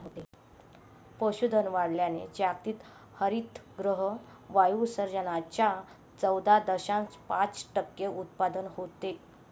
पशुधन वाढवल्याने जागतिक हरितगृह वायू उत्सर्जनाच्या चौदा दशांश पाच टक्के उत्पन्न होते